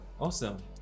awesome